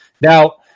Now